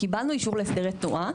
קיבלנו אישור להסדרי תנועה,